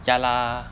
ya lah